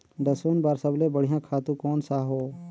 लसुन बार सबले बढ़िया खातु कोन सा हो?